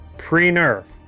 pre-nerf